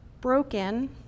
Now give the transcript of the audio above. broken